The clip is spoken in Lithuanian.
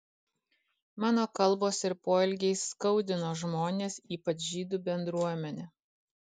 mano kalbos ir poelgiai skaudino žmones ypač žydų bendruomenę